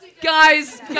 Guys